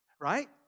Right